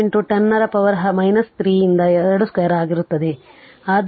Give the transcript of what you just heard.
2 10 ರ ಪವರ್ 3 ರಿಂದ 2 2 ಆಗಿರುತ್ತದೆ